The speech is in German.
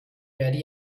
werde